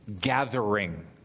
gathering